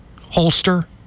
holster